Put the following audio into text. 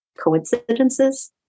Coincidences